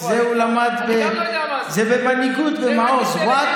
את זה הוא למד, גם אני לא יודע מה